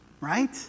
right